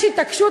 יש התעקשות,